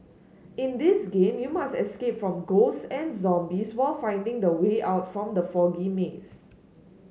in this game you must escape from ghosts and zombies while finding the way out from the foggy maze